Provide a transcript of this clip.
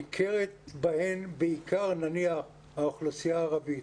ניכרת בהן בעיקר האוכלוסייה הערבית,